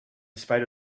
spite